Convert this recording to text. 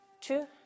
two